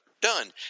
done